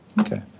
Okay